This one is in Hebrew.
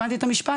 הבנתי את המשפט?